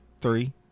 three